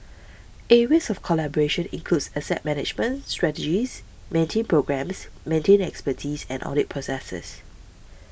areas of collaboration includes asset management strategies maintenance programmes maintenance expertise and audit processes